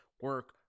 Work